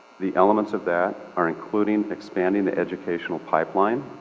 the elements of that are including expanding the educational pipeline.